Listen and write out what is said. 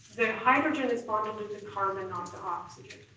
the hydrogen is bonded to the carbon, not the oxygen.